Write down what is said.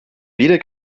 weder